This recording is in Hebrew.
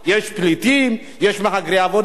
יש כל מיני סוגים רבים של אנשים.